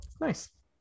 nice